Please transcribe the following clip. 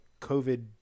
COVID